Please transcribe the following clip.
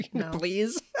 please